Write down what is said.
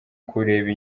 kureba